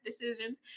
decisions